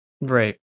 right